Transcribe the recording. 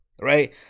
right